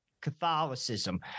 catholicism